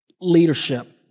leadership